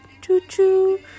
Choo-choo